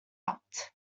out